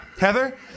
Heather